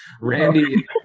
Randy